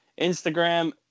instagram